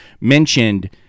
mentioned